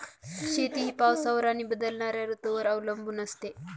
शेती ही पावसावर आणि बदलणाऱ्या ऋतूंवर अवलंबून असते